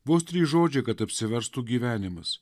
vos trys žodžiai kad apsiverstų gyvenimas